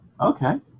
Okay